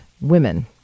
women